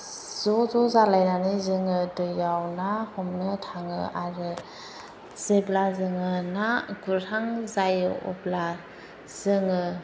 ज' ज' जालायनानै जोङो दैयाव ना हमनो थाङो आरो जेब्ला जोङो ना गुरहां जायो अब्ला जोङो